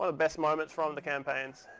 ah best moments from the campaign.